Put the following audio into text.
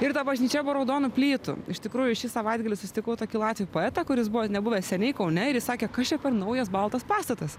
ir ta bažnyčia buvo raudonų plytų iš tikrųjų šį savaitgalį susitikau tokį latvių poetą kuris buvo nebuvęs seniai kaune ir jis sakė kas čia per naujas baltas pastatas